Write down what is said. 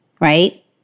right